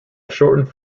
shortened